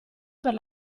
per